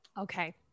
Okay